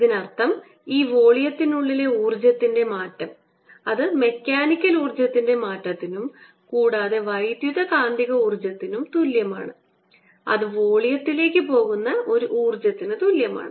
ഇതിനർത്ഥം ഈ വോള്യത്തിനുള്ളിലെ ഊർജ്ജത്തിന്റെ മാറ്റം അത് മെക്കാനിക്കൽ ഊർജ്ജത്തിൻറെ മാറ്റത്തിനും കൂടാതെ വൈദ്യുതകാന്തിക ഊർജ്ജത്തിനും തുല്യമാണ് അത് വോളിയത്തിലേക്ക് പോകുന്ന ഒരു ഊർജ്ജത്തിന് തുല്യമാണ്